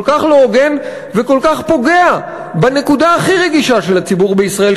כל כך לא הוגן וכל כך פוגע בנקודה הכי רגישה של הציבור בישראל,